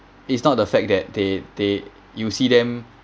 it's not the fact that they they you see them